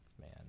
Man